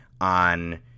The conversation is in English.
on